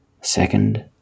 second